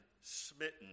smitten